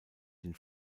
den